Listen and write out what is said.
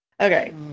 Okay